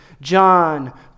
John